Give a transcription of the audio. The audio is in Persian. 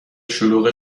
شلوغ